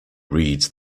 reads